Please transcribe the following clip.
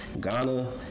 ghana